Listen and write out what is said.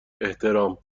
احترام